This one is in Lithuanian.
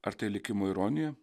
ar tai likimo ironija